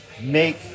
make